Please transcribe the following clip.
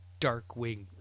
Darkwing